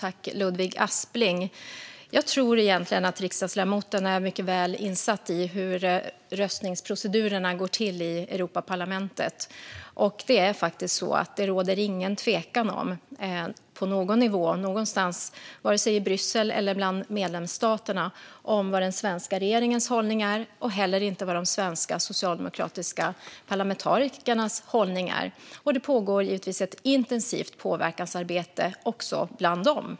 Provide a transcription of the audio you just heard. Fru talman! Jag tror egentligen att riksdagsledamoten är mycket väl insatt i hur röstningsprocedurerna går till i Europaparlamentet. Det är faktiskt så att det inte på någon nivå, vare sig i Bryssel eller bland medlemsstaterna, råder någon tvekan om vad den svenska regeringens hållning är och heller inte vad de svenska socialdemokratiska parlamentarikernas hållning är. Det pågår givetvis ett intensivt påverkansarbete också bland dem.